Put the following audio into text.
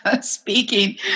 speaking